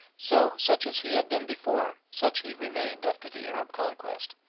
so such as he had been before, such he remained after the arab conquest,